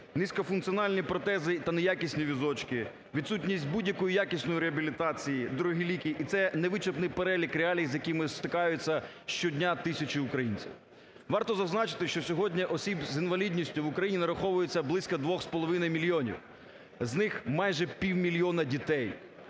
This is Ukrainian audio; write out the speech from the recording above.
низько-функціональні протези та неякісні візочки, відсутність будь-якої якісної реабілітації, дорогі ліки. І це не вичерпний перелік реалій, з яким стикаються щодня тисячі українців. Варто зазначити, що сьогодні осіб з інвалідністю в Україні нараховується близько 2,5 мільйонів, з них майже півмільйона дітей.